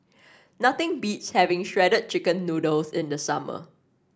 nothing beats having Shredded Chicken Noodles in the summer